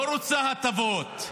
לא רוצה הטבות,